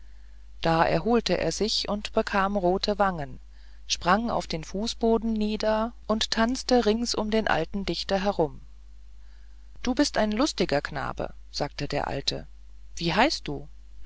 da erholte er sich und bekam rote wangen sprang auf den fußboden nieder und tanzte rings um den alten dichter herum du bist ein lustiger knabe sagte der alte wie heißt du